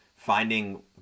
finding